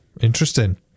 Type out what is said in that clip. Interesting